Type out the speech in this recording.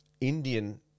Indian